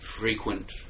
Frequent